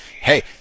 hey